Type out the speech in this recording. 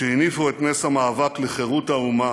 שהניפו את נס המאבק לחירות האומה